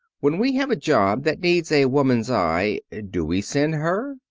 when we have a job that needs a woman's eye do we send her?